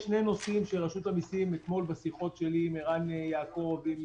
יש שני נושאים שרשות המיסים אתמול בשיחות שלי עם ערן יעקב ועם